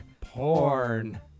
porn